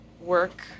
work